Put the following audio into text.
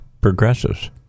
progressives